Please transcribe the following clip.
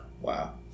wow